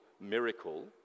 miracle